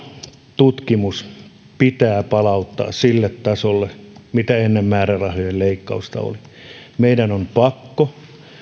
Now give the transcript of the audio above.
tutkimus pitää palauttaa sille tasolle jolla se ennen määrärahojen leikkausta oli meidän on pakko